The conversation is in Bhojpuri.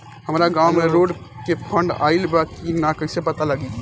हमरा गांव मे रोड के फन्ड आइल बा कि ना कैसे पता लागि?